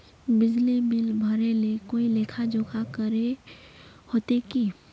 बिजली बिल भरे ले कोई लेखा जोखा करे होते की?